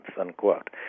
unquote